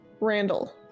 Randall